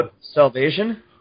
Salvation